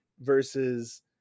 versus